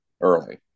early